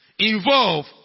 Involve